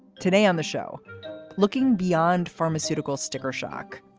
today on the show looking beyond pharmaceutical sticker shock.